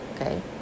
Okay